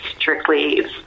strictly